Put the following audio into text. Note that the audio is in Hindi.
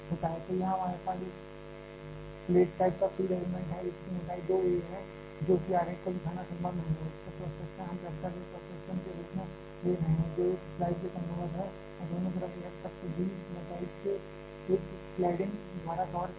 तो यहां हमारे पास एक प्लेट टाइप का फ्यूल एलिमेंट है जिसकी मोटाई दो a है जो कि आरेख को दिखाना संभव नहीं है इसका क्रॉस सेक्शन हम कैपिटल A क्रॉस सेक्शन के रूप में ले रहे हैं जो इस स्लाइड के लंबवत है और दोनों तरफ यह तत्व b मोटाई के एक क्लैड्डिंग द्वारा कवर किया गया है